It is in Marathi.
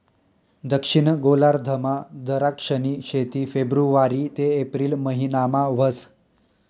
दक्षिण गोलार्धमा दराक्षनी शेती फेब्रुवारी ते एप्रिल महिनामा व्हस